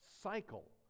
cycle